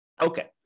Okay